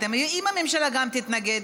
אם הממשלה גם תתנגד?